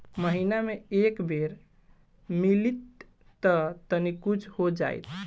महीना मे एक बेर मिलीत त तनि कुछ हो जाइत